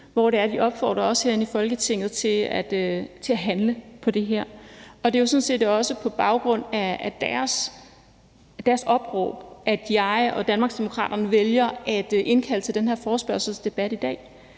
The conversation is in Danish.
hvor det er, at de opfordrer os herinde i Folketinget til at handle på det her. Det er sådan set også på baggrund af deres opråb, at jeg og Danmarksdemokraterne har valgt at indkalde til den her forespørgselsdebat i dag.